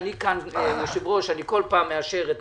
אם היית מתייעצת, כנראה לא היית אומרת את זה.